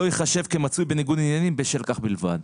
ייחשב כמצוי בניגוד עניינים בשל כך בלבד.